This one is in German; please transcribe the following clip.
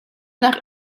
nach